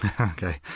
Okay